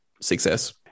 success